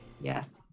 yes